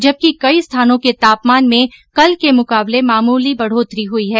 जबकि कई स्थानों के तापमान में कल के मुकाबले में मामूली बढ़ोतरी हुई है